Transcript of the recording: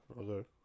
Okay